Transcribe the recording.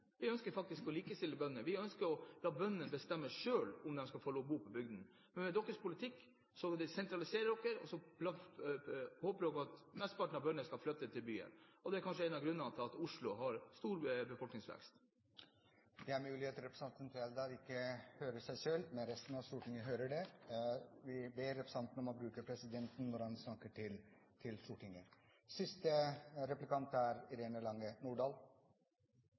Vi ønsker faktisk å likestille bøndene. Vi ønsker å la bøndene bestemme selv om de skal få lov til å bo på bygdene. Med deres politikk sentraliserer dere og håper på at flesteparten av bøndene skal flytte til byen. Det er kanskje en av grunnene til at Oslo har stor befolkningsvekst. Det er mulig at representanten Torgeir Trældal ikke hører seg selv, men resten av Stortinget hører det. Jeg vil be representanten om å bruke presidenten når han snakker til Stortinget. Høyre og Fremskrittspartiet fremmer nå forslag som åpenbart vil redusere inntektsmulighetene i jordbruket vesentlig og føre til